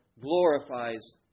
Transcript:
glorifies